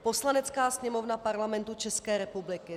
Poslanecká sněmovna Parlamentu České republiky